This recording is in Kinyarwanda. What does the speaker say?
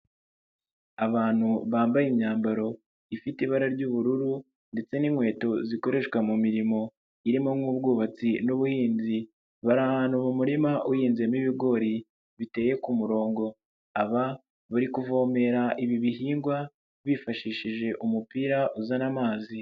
Abantu bambaye imyambaro ifite ibara ry'ubururu ndetse n'inkweto zikoreshwa mu mirimo irimo nk'ubwubatsi n'ubuhinzi, bari ahantu mu muririma uhinzemo ibigori biteye ku murongo . Aba bari kuvomera ibi bihingwa bifashishije umupira uzana amazi.